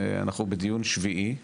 אנחנו בדיון שביעי,